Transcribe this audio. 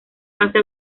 pase